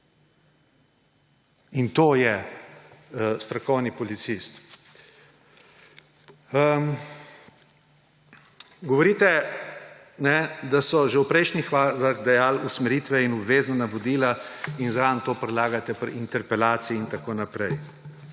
In to je strokovni policist. Govorite, da so že v prejšnjih vladah dajali usmeritve in obvezna navodila in zraven to prilagate pri interpelaciji in tako naprej.